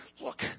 look